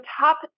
top